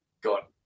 got